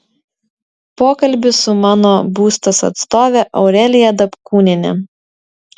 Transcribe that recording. pokalbis su mano būstas atstove aurelija dapkūniene